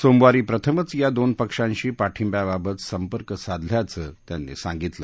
सोमवारी प्रथमच या दोन पक्षांशी पाठिंब्याबाबत संपर्क साधल्याचं त्यांनी सांगितलं